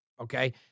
okay